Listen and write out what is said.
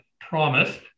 promised